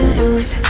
lose